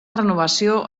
renovació